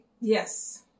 Yes